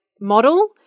model